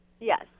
Yes